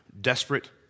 Desperate